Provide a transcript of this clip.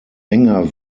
enger